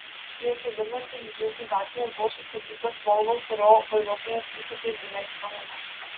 prieš vidurnaktį dzūkų gatvėje buvo sustabdytas volvo kurio vairuotojas įpūtė beveik promilę